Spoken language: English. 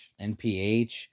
NPH